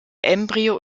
embryo